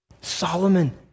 Solomon